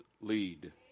lead